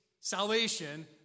salvation